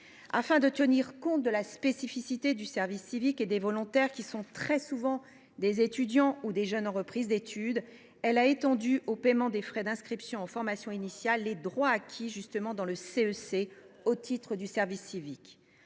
Afin de tenir compte de la spécificité du service civique et des volontaires, qui sont très souvent des étudiants ou des jeunes en reprise d’études, nous avons étendu au paiement des frais d’inscription en formation initiale les droits acquis dans le CEC au titre du service civique.